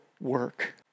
work